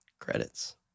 Credits